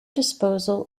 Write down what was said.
disposal